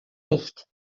nicht